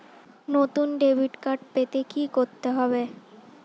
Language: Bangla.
নতুন ডেবিট কার্ড পেতে কী করতে হবে?